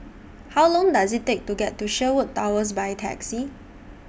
How Long Does IT Take to get to Sherwood Towers By Taxi